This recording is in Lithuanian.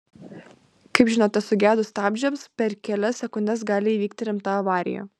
kaip žinote sugedus stabdžiams per kelias sekundes gali įvykti rimta avarija